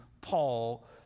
Paul